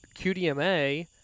QDMA